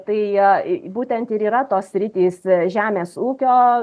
tai būtent ir yra tos sritys žemės ūkio